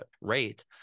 rate